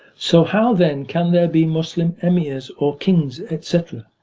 so how then can there be muslim emirs, or kings, etc?